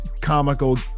comical